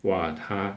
!wah! 他